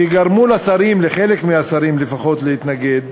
שגרמו לשרים, לחלק מהשרים לפחות, להתנגד,